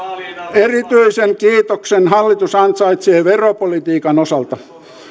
erityisen kiitoksen hallitus ansaitsee veropolitiikan osalta